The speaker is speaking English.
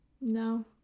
No